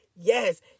Yes